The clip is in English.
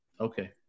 okay